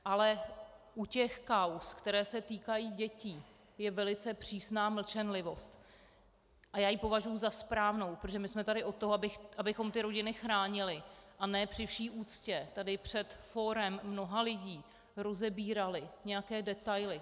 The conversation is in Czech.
Ale u těch kauz, které se týkají dětí, je velice přísná mlčenlivost a já ji považuji za správnou, protože my jsme tady od toho, abychom ty rodiny chránily a ne při vší úctě tady před fórem mnoha lidí rozebírali nějaké detaily.